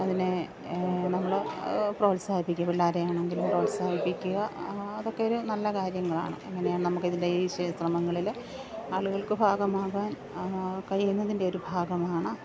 അതിനെ നമ്മള് പ്രോത്സാഹിപ്പിക്കും പിള്ളാരെയാണെങ്കിലും പ്രോത്സാഹിപ്പിക്കുക അതൊക്കെയൊരു നല്ല കാര്യങ്ങളാണ് എങ്ങനെയാണു നമുക്കിതിൻ്റെ ഈ ശ്രമങ്ങളിള് ആളുകൾക്ക് ഭാഗമാവാൻ കഴിയുന്നതിൻ്റെ ഒരു ഭാഗമാണ്